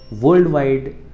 worldwide